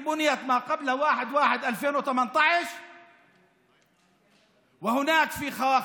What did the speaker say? אשר נבנו לפני 1 בינואר 2018 ויש להם